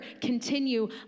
continue